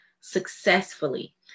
successfully